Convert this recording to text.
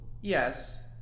Yes